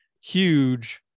huge